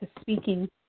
speaking